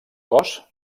cos